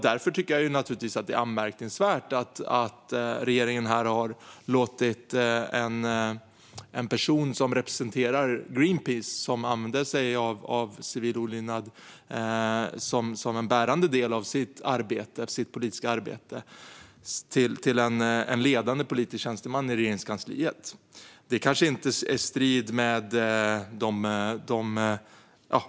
Därför tycker jag naturligtvis att det är anmärkningsvärt att regeringen här har gjort en person som representerar Greenpeace, som använder sig av civil olydnad som en bärande del i sitt politiska arbete, till ledande politisk tjänsteman i Regeringskansliet.